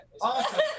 awesome